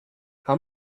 how